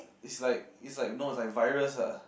it's like it's like no it's like virus ah